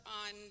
on